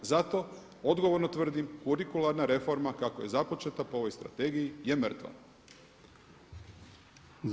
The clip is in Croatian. I zato odgovorno tvrdim kurikularna reforma kako je započeta po ovoj strategiji je mrtva.